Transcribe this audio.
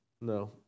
No